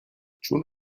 چون